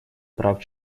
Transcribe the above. прав